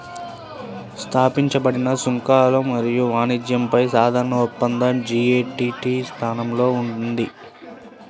స్థాపించబడిన సుంకాలు మరియు వాణిజ్యంపై సాధారణ ఒప్పందం జి.ఎ.టి.టి స్థానంలో ఉంది